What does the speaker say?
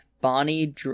Bonnie